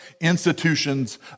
institutions